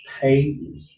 pay